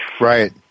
Right